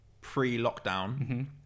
pre-lockdown